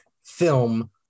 film